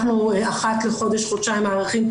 אנחנו אחת לחודש-חודשיים מאריכים את